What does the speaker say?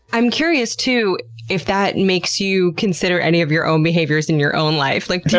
i'm curious too if that makes you consider any of your own behaviors in your own life. like,